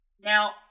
Now